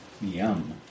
Yum